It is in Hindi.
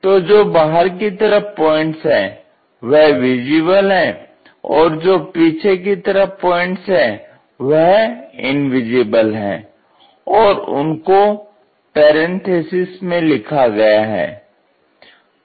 तो जो बाहर की तरफ पॉइंट्स हैं वह विजिबल है और जो पीछे की तरफ पॉइंट्स हैं वह इनविजिबल हैं और उनको पैरेंथेसिस में लिखा गया है